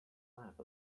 lab